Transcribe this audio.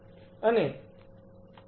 અને અહીં વીજ પુરવઠા સાથે જોડાયેલ છે